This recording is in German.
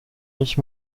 ich